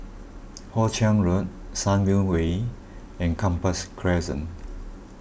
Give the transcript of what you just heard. Hoe Chiang Road Sunview Way and Gambas Crescent